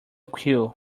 queue